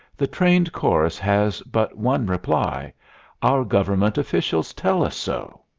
the trained chorus has but one reply our government officials tell us so.